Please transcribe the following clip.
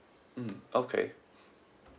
mm okay